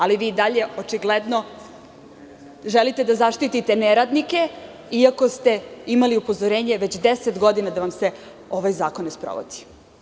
Ali, vi i dalje očigledno želite da zaštitite neradnike, iako ste imali upozorenje već 10 godina da vam se ovaj zakon ne sprovodi.